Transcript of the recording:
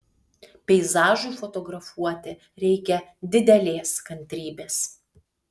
peizažui fotografuoti reikia didelės kantrybės